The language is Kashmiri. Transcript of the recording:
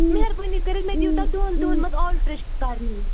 مہربٲنی کٔرِتھ مےٚ دِیِو تُہۍ دۄن دۄن منٛز آلٹٕرَیٚشَن کَرنہِ